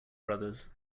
brothers